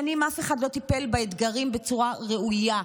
שנים אף אחד לא טיפל באתגרים בצורה ראויה.